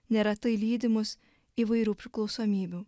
neretai lydimus įvairių priklausomybių